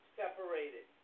separated